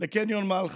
לקניון מלחה.